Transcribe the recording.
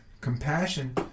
Compassion